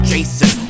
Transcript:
Jason